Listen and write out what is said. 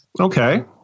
Okay